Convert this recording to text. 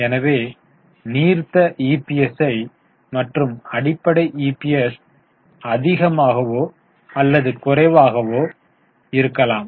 எனவே நீர்த்த இபிஎஸ் மற்றும் அடிப்படை இபிஎஸ் அதிகமாகவோ அல்லது குறைவாகவோ இருக்கலாம்